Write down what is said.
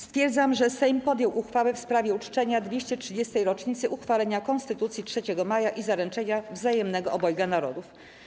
Stwierdzam, że Sejm podjął uchwałę w sprawie uczczenia 230. rocznicy uchwalenia Konstytucji 3 Maja i Zaręczenia Wzajemnego Obojga Narodów.